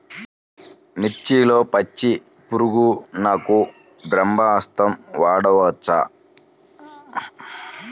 మిర్చిలో పచ్చ పురుగునకు బ్రహ్మాస్త్రం వాడవచ్చా?